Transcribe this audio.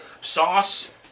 sauce